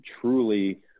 truly